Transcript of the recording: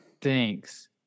Thanks